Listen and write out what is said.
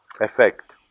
effect